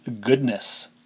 goodness